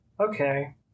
Okay